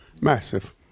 Massive